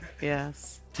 Yes